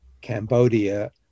Cambodia